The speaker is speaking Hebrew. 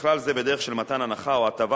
ובכלל זה בדרך של מתן הנחה או הטבה